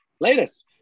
latest